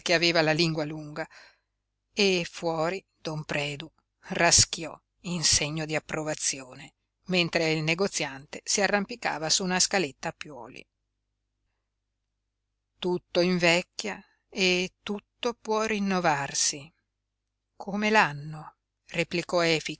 aveva la lingua lunga e fuori don predu raschiò in segno di approvazione mentre il negoziante si arrampicava su una scaletta a piuoli tutto invecchia e tutto può rinnovarsi come l'anno replicò efix